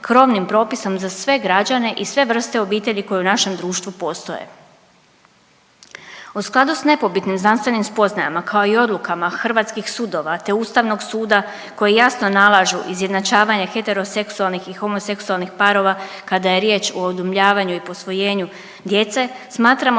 hrvatskih sudova te Ustavnog suda koji jasno nalažu izjednačavanju heteroseksualnih i homoseksualnih parova kada je riječ o udomljavanju i posvojenju djece, smatramo